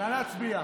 נא להצביע.